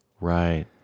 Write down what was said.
right